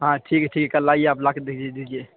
ہاں ٹھیک ہے ٹھیک ہے کل لائیے آپ لا کے دیکھ دیجیے